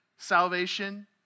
Salvation